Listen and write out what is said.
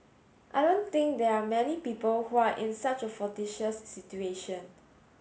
I don't think there are many people who are in such a fortuitous situation